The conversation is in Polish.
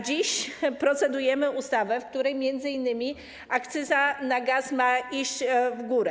Dziś procedujemy nad ustawą, w której m.in. akcyza na gaz ma iść w górę.